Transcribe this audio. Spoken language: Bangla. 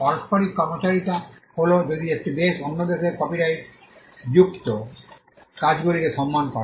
পারস্পরিক কর্মচারিতা হল যদি একটি দেশ অন্য দেশের কপিরাইটযুক্ত কাজগুলিকে সম্মান করে